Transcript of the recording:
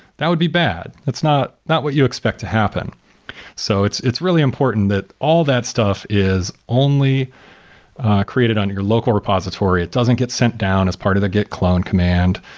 that would be bad. it's not not what you expect to happen so it's it's really important that all that stuff is only created on your local repository. it doesn't get sent down as part of the git clone command.